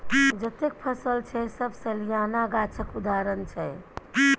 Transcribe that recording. जतेक फसल छै सब सलियाना गाछक उदाहरण छै